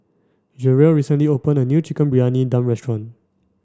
Jeryl recently opened a new Chicken Briyani Dum restaurant